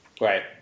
Right